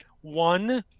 One